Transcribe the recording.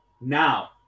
now